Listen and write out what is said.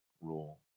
rule